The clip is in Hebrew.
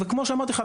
וכמו שאמרתי לך,